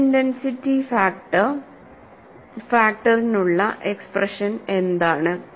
stress intensity ഫാക്ടറിനുള്ള expression എന്താണ്